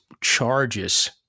charges